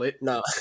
No